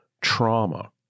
trauma